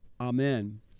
Amen